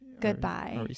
goodbye